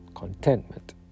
contentment